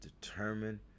determined